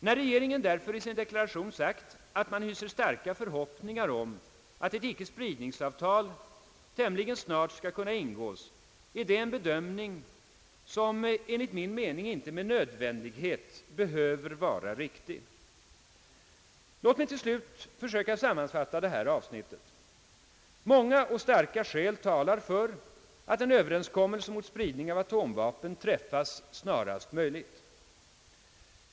När regeringen därför i sin deklaration sagt att man hyser starka förhoppningar om att ett icke-spridningsavtal tämligen snart skall kunna ingås, är det en bedömning som enligt min mening inte med nödvändighet behöver vara riktig. Låt mig till slut försöka sammanfatta detta avsnitt. Många och starka skäl talar för att en överenskommelse mot spridning av atomvapen träffas snarast möjligt.